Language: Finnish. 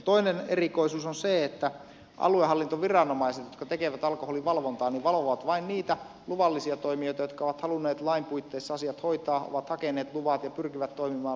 toinen erikoisuus on se että aluehallintoviranomaiset jotka tekevät alkoholivalvontaa valvovat vain niitä luvallisia toimijoita jotka ovat halunneet lain puitteissa asiat hoitaa ovat hakeneet luvat ja pyrkivät toimimaan lupien mukaan